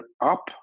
up